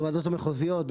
בוועדות המחוזיות,